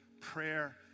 Prayer